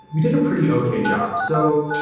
we did a pretty okay job. so,